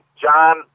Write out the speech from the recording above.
John